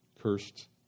cursed